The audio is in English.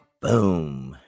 Boom